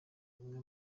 umwe